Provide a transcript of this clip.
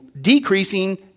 decreasing